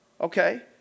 okay